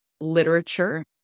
literature